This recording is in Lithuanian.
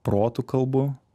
protu kalbu